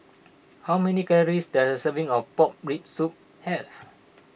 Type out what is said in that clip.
how many calories does a serving of Pork Rib Soup have